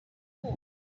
home